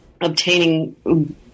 obtaining